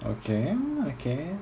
okay okay